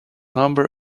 number